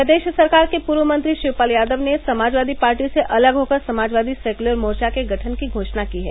प्रदेश सरकार के पूर्व मंत्री शिवपाल यादव ने समाजवादी पार्टी से अलग होकर समाजवादी सेक्युलर मोर्चा के गठन की घोषणा की है